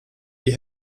die